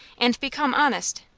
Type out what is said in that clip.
and become honest.